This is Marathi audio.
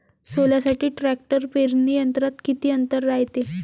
सोल्यासाठी ट्रॅक्टर पेरणी यंत्रात किती अंतर रायते?